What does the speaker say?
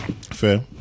Fair